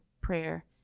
prayer